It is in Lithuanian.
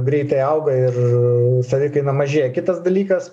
greitai auga ir savikaina mažėja kitas dalykas